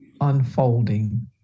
unfolding